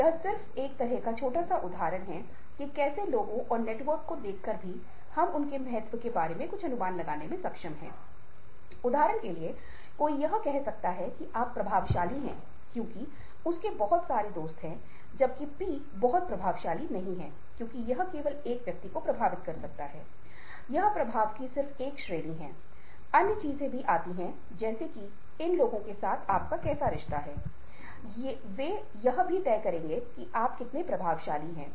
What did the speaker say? और उस स्थिति में क्या होगा मान लीजिए कि मैं उस व्यक्ति को पसंद करता हूं मुझे लगेगा कि वह व्यक्ति बहुत तेज है और वह बहुत सौहार्दपूर्ण है बहुत तेज है और उसकी विचार शक्ति में सुधार हुआ है और वह एक अच्छा निर्णय लेने वाला है